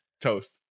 toast